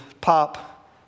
pop